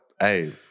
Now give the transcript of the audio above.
hey